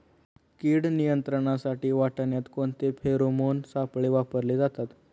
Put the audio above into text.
कीड नियंत्रणासाठी वाटाण्यात कोणते फेरोमोन सापळे वापरले जातात?